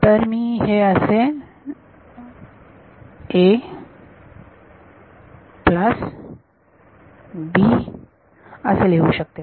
तर मी हे असे लिहू शकते